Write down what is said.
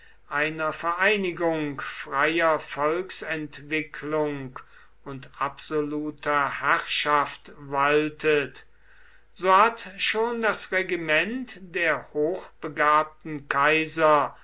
einer vereinigung freier volksentwicklung und absoluter herrschaft waltet so hat schon das regiment der hochbegabten kaiser